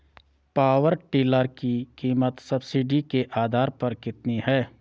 Power tiller की कीमत subsidy के आधार पर कितनी है?